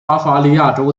巴伐利亚州